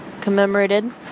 commemorated